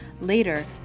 Later